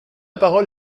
parole